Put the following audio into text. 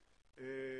בבקשה.